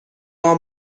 are